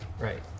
Right